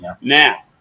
Now